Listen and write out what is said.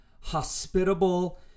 hospitable